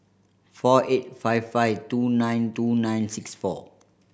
four eight five five two nine two nine six four